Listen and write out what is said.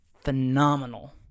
phenomenal